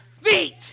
feet